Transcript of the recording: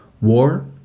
War